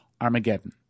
Armageddon